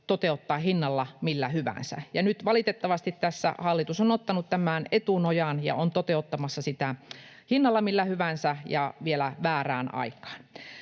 toteuttaa hinnalla millä hyvänsä. Nyt valitettavasti hallitus on tässä ottanut etunojan ja on toteuttamassa sitä hinnalla millä hyvänsä ja vielä väärään aikaan.